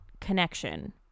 connection